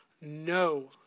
no